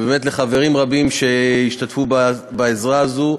ובאמת לחברים רבים שהשתתפו בעזרה הזאת,